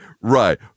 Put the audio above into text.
right